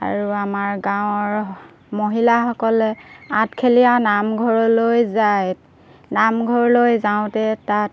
আৰু আমাৰ গাঁৱৰ মহিলাসকলে আঠখেলীয়া নামঘৰলৈ যায় নামঘৰলৈ যাওঁতে তাত